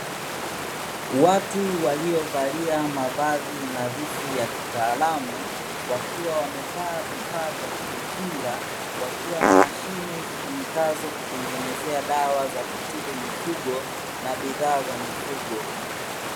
Watu waliovalia mavazi nadhifu ya kitaalamu wakiwa wamevaa vifaa vya kujikinga, wakiwa na mashine zitumikazo kutengenezea dawa za kutibu mifugo na bidhaa za mifugo.